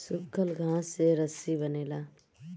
सूखल घास से रस्सी बनेला